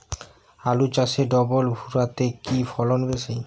আলু চাষে ডবল ভুরা তে কি ফলন বেশি?